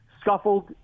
scuffled